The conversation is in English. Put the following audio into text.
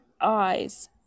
eyes